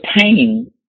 pain